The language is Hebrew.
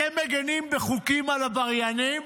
אתם מגינים בחוקים על עבריינים,